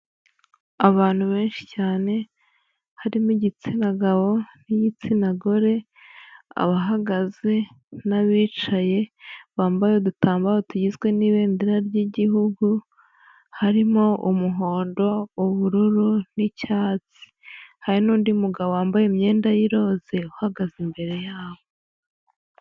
Abantu benshi cyane harimo igitsina gabo n'igitsina gore, abahagaze n'abicaye bambaye udutambaro tugizwe n'ibendera ry'Igihugu, harimo umuhondo, ubururu n'icyatsi. Hari n'undi mugabo wambaye imyenda y'iroze uhagaze imbere yabo.